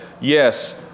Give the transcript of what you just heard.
yes